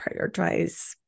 prioritize